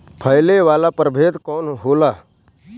फैले वाला प्रभेद कौन होला?